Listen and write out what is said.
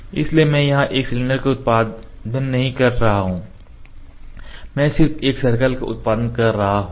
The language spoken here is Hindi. इसलिए मैं यहां एक सिलेंडर का उत्पादन नहीं कर रहा हूं मैं सिर्फ एक सर्कल का उत्पादन कर रहा हूं